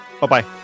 Bye-bye